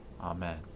Amen